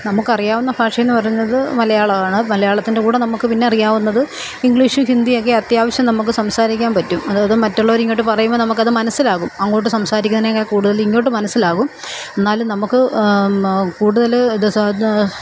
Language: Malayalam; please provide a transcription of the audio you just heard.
നമുക്കറിയാവുന്ന ഭാഷയെന്നു പറയുന്നത് മലയാളമാണ് മലയാളത്തിൻ്റെ കൂടെ നമുക്ക് പിന്നെ അറിയാവുന്നത് ഇംഗ്ലീഷും ഹിന്ദിയൊക്കെ അത്യാവശ്യം നമുക്ക് സംസാരിക്കാന് പറ്റും അതായത് മറ്റുള്ളവര് ഇങ്ങോട്ട് പറയുമ്പോള് നമുക്കത് മനസിലാകും അങ്ങോട്ട് സംസാരിക്കുന്നതിനേക്കാൾ കൂടുതൽ ഇങ്ങോട്ട് മനസിലാകും എന്നാലും നമുക്ക് കൂടുതല് ഇത്